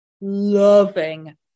loving